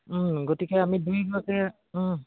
গতিকে আমি দুইগৰাকীয়ে